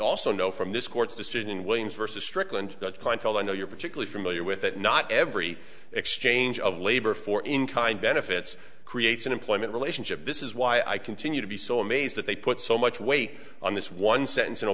also know from this court's decision williams versus strickland kleinfeld i know you're particularly familiar with it not every exchange of labor for in kind benefits creates an employment relationship this is why i continue to be so amazed that they put so much weight on this one sentence in a